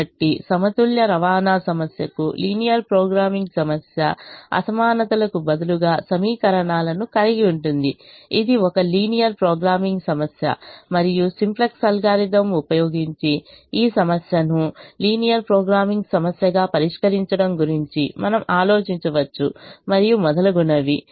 కాబట్టి సమతుల్య రవాణా సమస్యకు లీనియర్ ప్రోగ్రామింగ్ సమస్య అసమానతలకు బదులుగా సమీకరణాలను కలిగి ఉంటుంది ఇది ఒక లీనియర్ ప్రోగ్రామింగ్ సమస్య మరియు సింప్లెక్స్ అల్గోరిథం ఉపయోగించి ఈ సమస్యను లీనియర్ ప్రోగ్రామింగ్ సమస్యగా పరిష్కరించడం గురించి మనం ఆలోచించవచ్చు మరియు మొదలగునవి